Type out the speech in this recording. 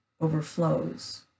overflows